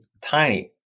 tiny